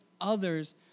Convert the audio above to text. others